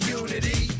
unity